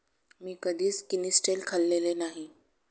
मी कधीच किनिस्टेल खाल्लेले नाही